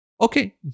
Okay